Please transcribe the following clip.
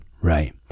right